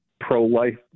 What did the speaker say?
pro-life